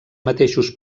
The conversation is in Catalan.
mateixos